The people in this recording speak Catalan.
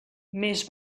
més